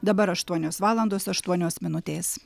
dabar aštuonios valandos aštuonios minutės